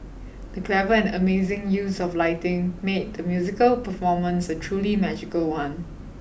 the clever and amazing use of lighting made the musical performance a truly magical one